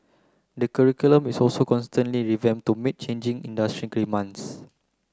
the curriculum is also constantly to meet changing industry demands